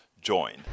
join